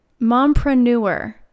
mompreneur